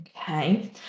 Okay